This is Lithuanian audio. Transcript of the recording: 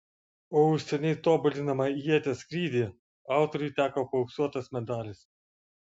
o už seniai tobulinamą ieties skrydį autoriui teko paauksuotas medalis